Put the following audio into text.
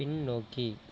பின்னோக்கி